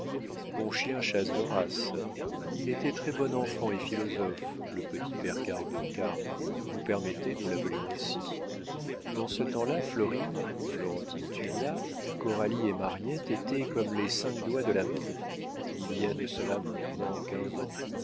bon chien chasse de race il était très-bon enfant et philosophe le petit père cardot car vous permettez nous l'appelions ainsi dans ce temps-là florine florentine tullia coralie et mariette étaient comme les cinq doigts de la main il y a de cela maintenant quinze ans